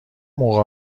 موقع